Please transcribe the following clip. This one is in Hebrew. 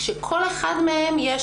כשלכל אחד מהם יש